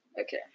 Okay